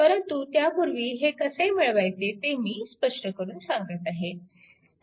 परंतु त्यापूर्वी हे कसे मिळवायचे ते मी स्पष्ट करून सांगत आहे